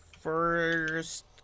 first